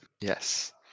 Yes